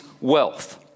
wealth